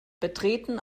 betreten